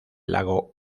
lago